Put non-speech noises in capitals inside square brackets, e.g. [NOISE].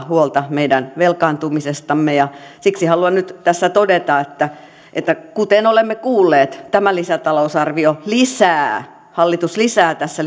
[UNINTELLIGIBLE] huolta meidän velkaantumisestamme siksi haluan nyt tässä todeta että että kuten olemme kuulleet tämä lisätalousarvio lisää hallitus lisää tässä [UNINTELLIGIBLE]